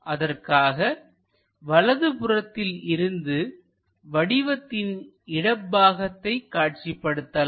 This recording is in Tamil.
அதற்காக வலதுபுறத்தில் இருந்து வடிவத்தின் இடப்பாகத்தை காட்சிப்படுத்தலாம்